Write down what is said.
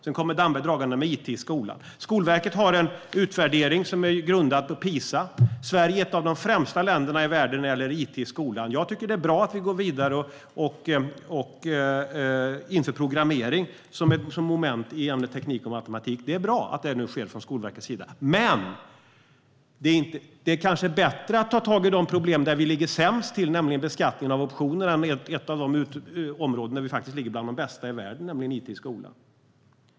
Sedan kommer Damberg dragande med it i skolan. Skolverket har en utvärdering som är grundad på PISA. Sverige är ett av de främsta länderna i världen när det gäller it i skolan. Jag tycker att det är bra att vi går vidare och inför programmering som moment i ämnena teknik och matematik. Det är bra att det nu sker från Skolverkets sida. Men det är kanske bättre att ta tag i problemen där vi ligger sämst till, nämligen när det gäller beskattning av optioner, än på ett av de områden där vi faktiskt ligger bland de bästa i världen, nämligen när det gäller it i skolan.